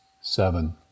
seven